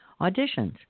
auditions